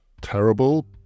terrible